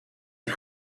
and